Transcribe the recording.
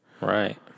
Right